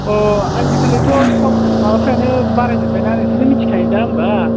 अ आजिखालिथ' सब माबाफ्रानो बारायजोब्बाय ना नोंसोरनो मिथिखायो दा होनबा